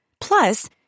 Plus